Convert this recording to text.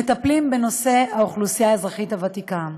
מטפלים בנושא האוכלוסייה האזרחית הוותיקה,